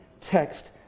text